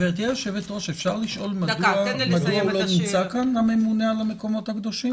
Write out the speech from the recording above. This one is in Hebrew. אפשר לשאול מדוע הוא לא נמצא כאן הממונה על המקומות הקדושים?